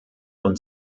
und